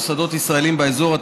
מוסדות ישראליים באזור),